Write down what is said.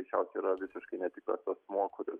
greičiausiai yra visiškai netikras asmuo kuris